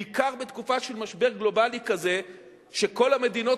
בעיקר בתקופה של משבר גלובלי כזה שכל המדינות